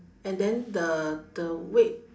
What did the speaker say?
and then the the weight